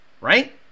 right